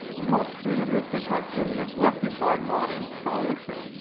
much good in this that has been neglected by modern scholarship.